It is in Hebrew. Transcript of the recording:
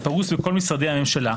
הפרוס בכל משרדי הממשלה,